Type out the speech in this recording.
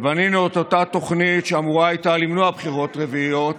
ובנינו את אותה תוכנית שאמורה הייתה למנוע בחירות רביעיות,